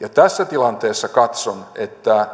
ja tässä tilanteessa katson että